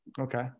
okay